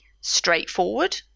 straightforward